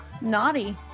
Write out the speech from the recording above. Naughty